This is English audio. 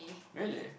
really